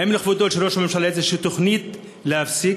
האם לכבוד ראש הממשלה יש איזו תוכנית להפסיק